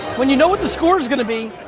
when you know what the score's gonna be,